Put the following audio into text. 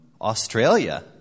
Australia